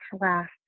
last